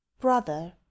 brother